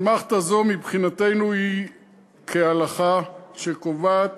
אסמכתה זו מבחינתנו היא כהלכה שקובעת